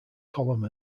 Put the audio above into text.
column